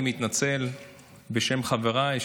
אני מתנצל בשם חבריי,